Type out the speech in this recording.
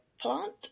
plant